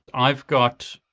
i've got,